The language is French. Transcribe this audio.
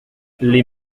les